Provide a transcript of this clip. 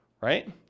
right